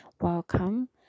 welcome